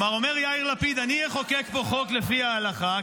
אומר יאיר לפיד: אני אחוקק פה חוק לפי ההלכה,